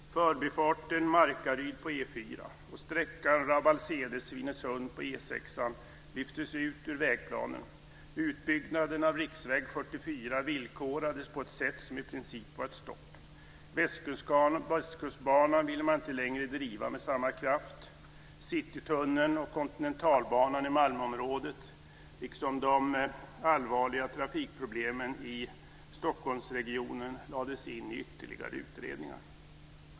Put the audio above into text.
Förbifart Markaryd på E 4 och sträckan Rabbalshede-Svinesund på E 6 lyftes ut ur vägplanen, utbyggnaden av riksväg 44 villkorades på ett sätt som i princip var ett stopp. Västkustbanan ville man inte längre driva med samma kraft, citytunneln och kontinentalbanan i Malmöområdet, liksom de allvarliga trafikproblemen i Stockholmsregionen, lades in i ytterligare utredningar.